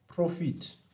Profit